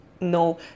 no